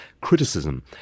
criticism